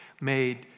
made